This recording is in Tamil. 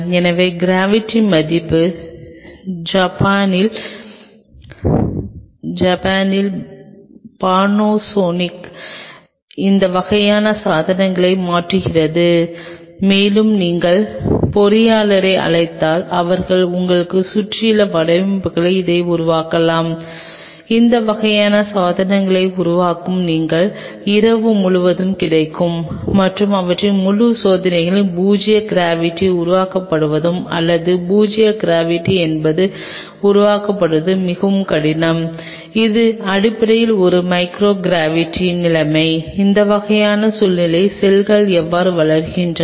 எனவே க்ராவிட்டி மதிப்பு ஜப்பானில் பானாசோனிக் இந்த வகையான சாதனங்களை மாற்றுகிறது மேலும் நீங்கள் பொறியாளரை அழைத்தால் அவர்கள் உங்களைச் சுற்றியுள்ள வடிவமைப்புகளில் இதை உருவாக்கலாம் இந்த வகையான சாதனங்களை உருவாக்க நீங்கள் இரவு முழுவதும் கிடைக்கும் மற்றும் அவற்றின் முழு யோசனையும் பூஜ்ஜிய க்ராவிட்டி உருவகப்படுத்துவது அல்லது பூஜ்ஜிய க்ராவிட்டி என்பது உருவகப்படுத்துவது மிகவும் கடினம் இது அடிப்படையில் ஒரு மைக்ரோ க்ராவிட்டி நிலைமை அந்த வகையான சூழ்நிலையில் செல்கள் எவ்வாறு வளர்கின்றன